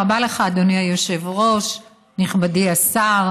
לסדר-היום מס' 9460, 9466, 9467,